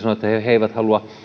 he eivät halua